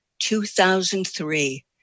2003